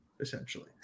essentially